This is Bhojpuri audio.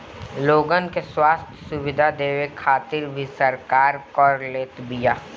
लोगन के स्वस्थ्य सुविधा देवे खातिर भी सरकार कर लेत बिया